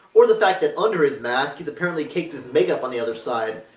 or the fact that under the mask, he's apparently caked with makeup on the other side.